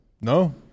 no